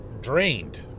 drained